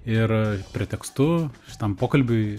ir pretekstu šitam pokalbiui